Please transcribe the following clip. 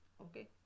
Okay